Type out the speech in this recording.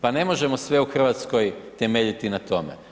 Pa ne možemo sve u Hrvatskoj temeljiti na tome.